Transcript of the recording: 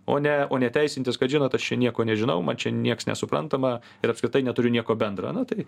o ne o ne teisintis kad žinot aš čia nieko nežinau man čia nieks nesuprantama ir apskritai neturiu nieko bendra na tai